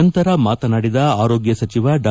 ನಂತರ ಮಾತನಾಡಿದ ಆರೋಗ್ಯ ಸಚಿವ ಡಾ